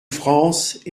france